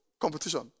Competition